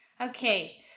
Okay